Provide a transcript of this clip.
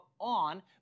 on